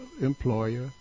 employer